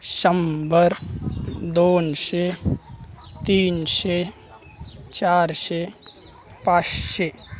शंभर दोनशे तीनशे चारशे पाचशे